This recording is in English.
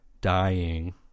dying